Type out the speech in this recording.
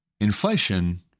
inflation